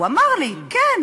הוא אמר לי: כן,